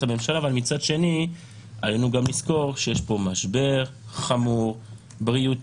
הממשלה ומצד שני צריך לזכור שיש פה משבר בריאותי חמור.